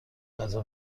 غذا